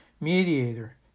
mediator